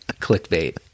clickbait